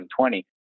2020